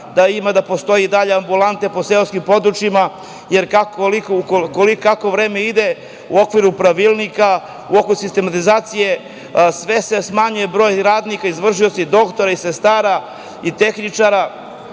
da ima, da postoje i dalje ambulante po seoskim područjima, jer kako vreme ide u okviru pravilnika, u okviru sistematizacije sve se smanjuje broj radnika, izvršioci, doktori i sestre i tehničari,